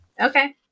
Okay